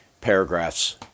paragraphs